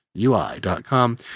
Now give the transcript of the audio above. ui.com